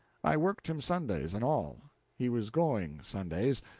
i worked him sundays and all he was going, sundays,